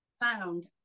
found